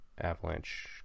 Avalanche